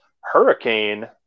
Hurricane